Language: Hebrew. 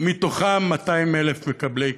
מתוכם 200,000 מקבלי קצבה.